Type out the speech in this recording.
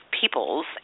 peoples